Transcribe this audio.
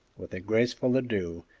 with a graceful adieu,